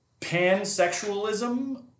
pansexualism